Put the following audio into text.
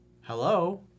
Hello